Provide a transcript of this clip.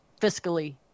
fiscally